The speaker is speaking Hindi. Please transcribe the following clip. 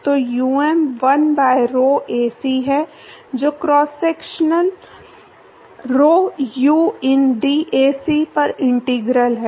तो um 1 by rho Ac है जो cross section rho u in dAc पर इंटीग्रल है